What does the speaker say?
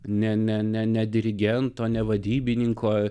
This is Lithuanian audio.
ne ne ne ne dirigento ne vadybininko